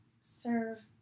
serve